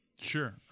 Sure